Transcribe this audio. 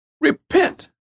Repent